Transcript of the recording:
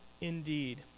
indeed